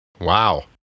Wow